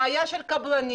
בעיה של קבלנים,